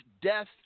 death